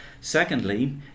Secondly